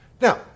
Now